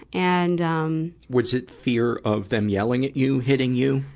and um was it fear of them yelling at you, hitting you?